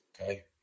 Okay